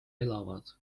elavad